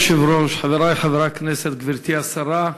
אדוני היושב-ראש, חברי חברי הכנסת, גברתי השרה,